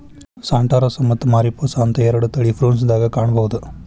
Santa Rosa ಮತ್ತ Mariposa ಅಂತ ಎರಡು ತಳಿ ಪ್ರುನ್ಸ್ ದಾಗ ಕಾಣಬಹುದ